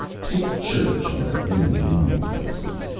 take church on a rainy morning, for instance.